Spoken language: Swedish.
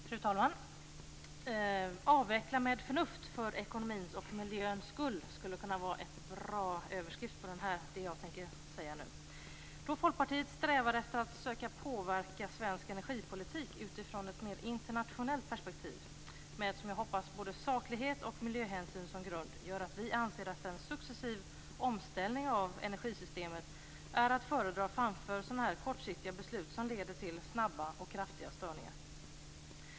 Fru talman! "Avveckla med förnuft - för ekonomins och miljöns skull" skulle kunna vara en bra överskrift över det som jag nu tänker säga. Folkpartiet strävar efter att söka påverka svensk energipolitik i ett mer internationellt perspektiv, med både saklighet och miljöhänsyn som grund. Detta gör att vi anser att en successiv omställning av energisystemet är att föredra framför kortsiktiga beslut som leder till snabba och kraftiga störningar.